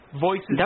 voices